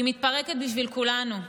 היא מתפרקת בשביל כולנו.